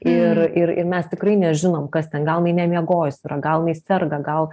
ir ir ir mes tikrai nežinom kas ten gal jinai nemiegojusi yra gal jinai serga gal